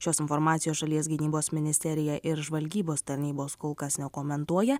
šios informacijos šalies gynybos ministerija ir žvalgybos tarnybos kol kas nekomentuoja